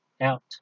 out